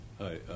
Hi